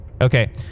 Okay